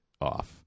off